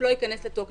לא ייכנס לתוקף.